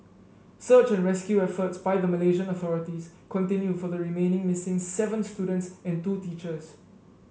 search and rescue efforts by the Malaysian authorities continue for the remaining missing seven students and two teachers